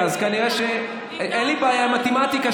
כנראה שאין לי בעיה עם מתמטיקה.